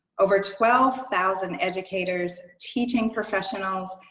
over twelve thousand educators teaching professionals,